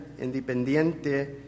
Independiente